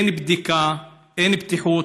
אין בדיקה, אין בטיחות.